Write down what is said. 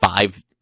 five